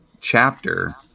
chapter